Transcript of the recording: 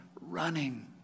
running